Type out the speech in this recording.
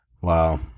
wow